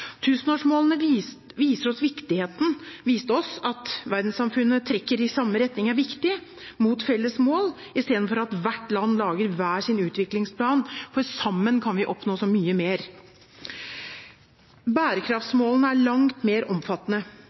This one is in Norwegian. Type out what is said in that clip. Tusenårsmålene viste oss at det er viktig at verdenssamfunnet trekker i samme retning mot felles mål, istedenfor at hvert land lager sin utviklingsplan, for sammen kan vi oppnå så mye mer. Bærekraftsmålene er langt mer omfattende.